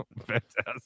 Fantastic